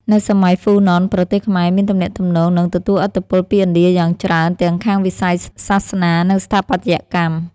នៅសម័យហ្វូណនប្រទេសខ្មែរមានទំនាក់ទំនង និងទទួលឥទ្ធិពលពីឥណ្ឌាយ៉ាងច្រើនទាំងខាងវិស័យសាសនា និងស្ថាបត្យកម្ម។